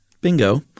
bingo